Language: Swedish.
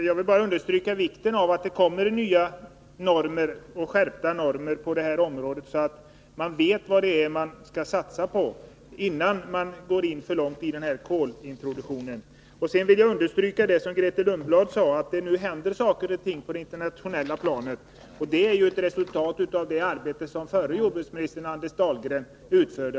Jag vill bara understryka vikten av att det kommer nya och skärpta normer på detta område, så att man vet vad det är man skall satsa på innan man går för långt med kolintroduktionen. Jag vill också understryka det som Grethe Lundblad sade, att det på detta område händer saker på det internationella planet. Detta är ett resultat av det arbete förre jordbruksministern Anders Dahlgren utförde.